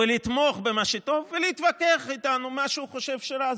לתמוך במה שטוב ולהתווכח איתנו על מה שהוא חושב שרע,